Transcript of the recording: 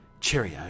Cheerio